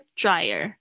dryer，